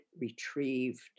retrieved